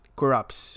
corrupts